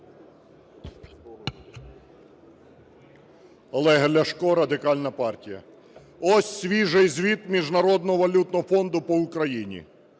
Олег Ляшко, Радикальна партія. Ось свіжий звіт Міжнародного валютного фонду по Україні.